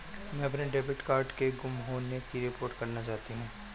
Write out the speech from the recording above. मैं अपने debit card के गुम होने की रिपोर्ट करना चाहती हूँ